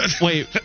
Wait